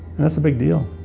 and that's a big deal.